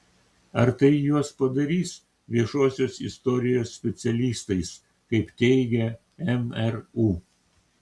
ar tai juos padarys viešosios istorijos specialistais kaip teigia mru